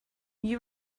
you